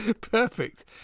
Perfect